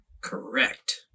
Correct